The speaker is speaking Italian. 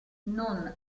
non